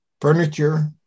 furniture